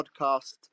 podcast